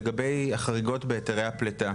לגבי החריגות בהיתרי הפליטה.